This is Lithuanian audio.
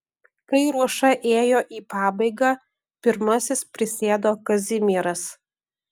kai ruoša ėjo į pabaigą pirmasis prisėdo kazimieras